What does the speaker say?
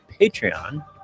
Patreon